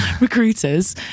recruiters